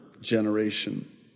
generation